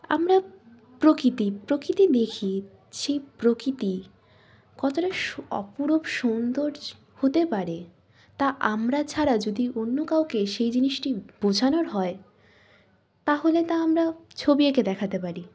আমরা প্রকৃতি প্রকৃতি দেখি সেই প্রকৃতি কতটা অপূরূপ সৌন্দর্য হতে পারে তা আমরা ছাড়া যদি অন্য কাউকে সেই জিনিসটি বোঝানোর হয় তাহলে তা আমরা ছবি এঁকে দেখাতে পারি